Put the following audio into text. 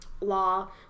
law